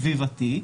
סביבתי,